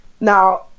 Now